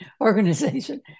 organization